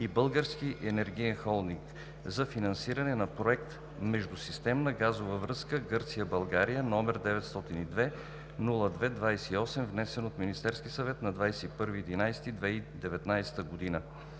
и „Български енергиен холдинг“ ЕАД за финансиране на проект „Междусистемна газова връзка Гърция – България“, № 902-02-28, внесен от Министерския съвет на 21 ноември